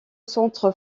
centre